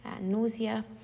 nausea